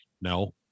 no